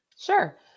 Sure